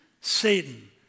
Satan